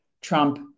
Trump